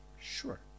sure